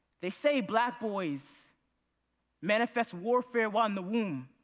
they say black boys manifest warfare while in the womb.